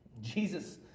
Jesus